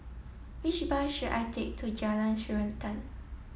which bus should I take to Jalan Srantan